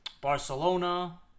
Barcelona